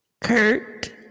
Kurt